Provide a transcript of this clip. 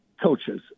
coaches